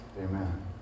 Amen